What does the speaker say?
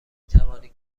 توانید